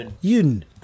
Yun